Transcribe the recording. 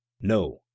no